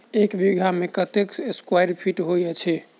एक बीघा मे कत्ते स्क्वायर फीट होइत अछि?